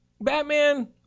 Batman